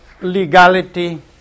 legality